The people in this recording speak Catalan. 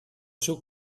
seu